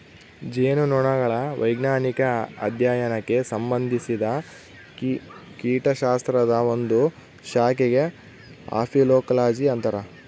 ಜೇನುನೊಣಗಳ ವೈಜ್ಞಾನಿಕ ಅಧ್ಯಯನಕ್ಕೆ ಸಂಭಂದಿಸಿದ ಕೀಟಶಾಸ್ತ್ರದ ಒಂದು ಶಾಖೆಗೆ ಅಫೀಕೋಲಜಿ ಅಂತರ